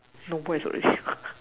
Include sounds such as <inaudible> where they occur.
no voice already <noise>